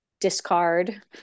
discard